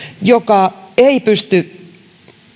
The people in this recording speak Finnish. joka ei pysty